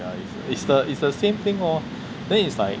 is the is the same thing lor then it's like